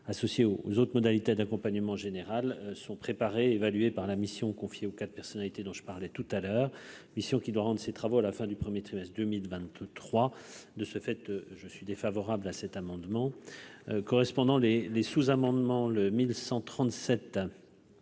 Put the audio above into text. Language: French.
associées aux autres modalités d'accompagnement général sont préparées et évaluées par la mission confiée aux quatre personnalités que j'évoquais tout à l'heure, mission qui doit rendre ses travaux à la fin du premier trimestre 2023. De ce fait, je suis défavorable à l'amendement n° 57. Madame Guillotin, je